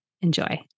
Enjoy